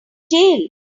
jail